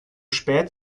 spät